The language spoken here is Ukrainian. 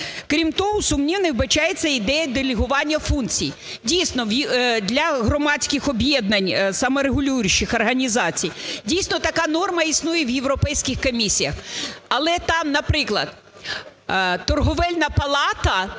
Крім того, сумнівною вбачається ідея делегування функцій. Дійсно, для громадських об'єднань, саморегулюючих організацій, дійсно, така норма існує і в європейських комісіях. Але там, наприклад, торговельна палата